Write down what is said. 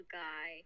guy